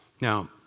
Now